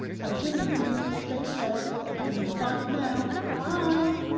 have a good evening, stay safe, and goodbye for now! bye!